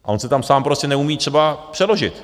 A on se tam sám prostě neumí třeba přeložit.